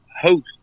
host